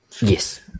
Yes